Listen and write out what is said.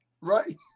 right